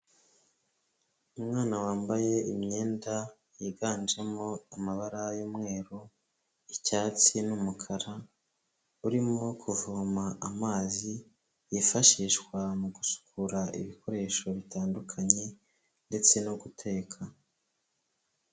Umwana wambaye imyenda yiganjemo amabara y'umweru, icyatsi n'umukara, urimo kuvoma amazi yifashishwa mu gusukura ibikoresho bitandukanye ndetse no guteka.